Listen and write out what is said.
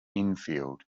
infield